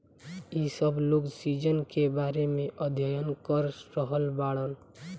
इ सब लोग सीजन के बारे में अध्ययन कर रहल बाड़न